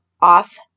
off